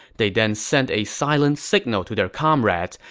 they then sent a silent signal to their comrades.